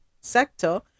sector